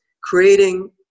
creating